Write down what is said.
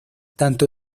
tanto